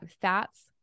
fats